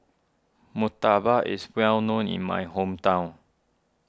Murtabak is well known in my hometown